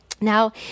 Now